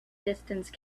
distance